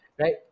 right